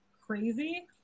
crazy